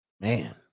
Man